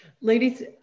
Ladies